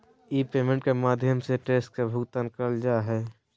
ई payment के माध्यम से टैक्स के भुगतान करल जा हय